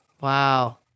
Wow